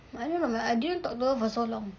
I don't remember I didn't talk to her for so long